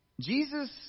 Jesus